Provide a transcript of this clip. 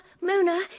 Mona